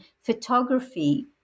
photography